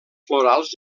florals